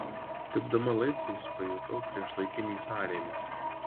lipdama laiptais pajutau priešlaikinį sąrėmį